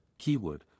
Keywood